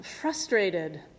frustrated